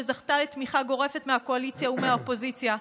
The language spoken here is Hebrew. שזכתה לתמיכה גורפת מהקואליציה ומהאופוזיציה,